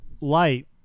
light